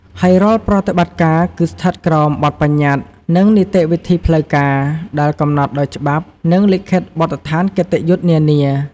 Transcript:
ហើយរាល់ប្រតិបត្តិការគឺស្ថិតក្រោម បទប្បញ្ញត្តិ និងនីតិវិធីផ្លូវការ ដែលកំណត់ដោយច្បាប់ និងលិខិតបទដ្ឋានគតិយុត្តនានា។